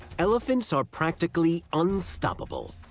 elephants are practically unstoppable.